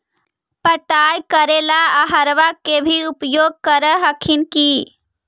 पटाय करे ला अहर्बा के भी उपयोग कर हखिन की?